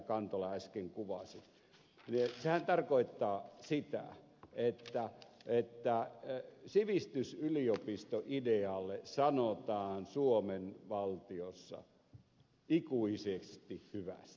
kantola äsken kuvasi että sivistysyliopistoidealle sanotaan suomen valtiossa ikuisesti hyvästi täydellisesti hyvästi